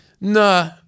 Nah